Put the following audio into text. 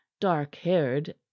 dark-haired